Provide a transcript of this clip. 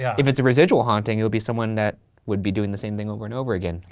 yeah if it's a residual haunting, it will be someone that would be doing the same thing over and over again.